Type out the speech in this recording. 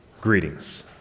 greetings